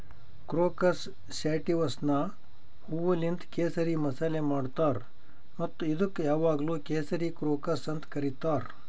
crocus ಸ್ಯಾಟಿವಸ್ನ ಹೂವೂಲಿಂತ್ ಕೇಸರಿ ಮಸಾಲೆ ಮಾಡ್ತಾರ್ ಮತ್ತ ಇದುಕ್ ಯಾವಾಗ್ಲೂ ಕೇಸರಿ ಕ್ರೋಕಸ್ ಅಂತ್ ಕರಿತಾರ್